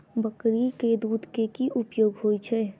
बकरी केँ दुध केँ की उपयोग होइ छै?